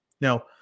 Now